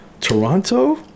Toronto